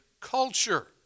culture